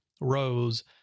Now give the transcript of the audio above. Rose